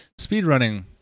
speedrunning